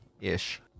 ish